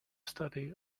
study